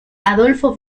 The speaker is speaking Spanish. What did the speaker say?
adolfo